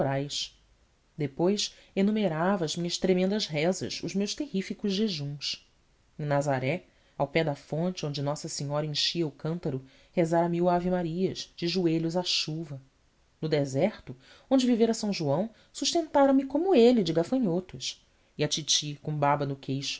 depois enumerava as minhas tremendas rezas os meus terríficos jejuns em nazaré ao pé da fonte onde nossa senhora enchia o cântaro rezara mil ave-marias de joelhos à chuva no deserto onde vivera são joão sustentara me como ele de gafanhotos e a titi com baba no queixo